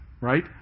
right